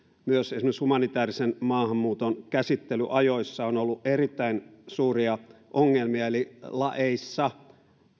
myös esimerkiksi humanitäärisen maahanmuuton käsittelyajoissa on ollut erittäin suuria ongelmia eli laeissa